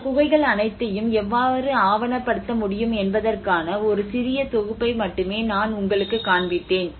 இந்த குகைகள் அனைத்தையும் எவ்வாறு ஆவணப்படுத்த முடியும் என்பதற்கான ஒரு சிறிய தொகுப்பை மட்டுமே நான் உங்களுக்குக் காண்பித்தேன்